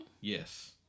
Yes